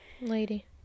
Lady